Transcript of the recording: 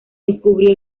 descubrió